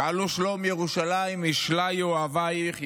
שאלו שלום ירושלם ישליו אֹהביך.